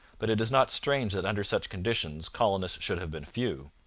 but it is not strange that under such conditions colonists should have been few.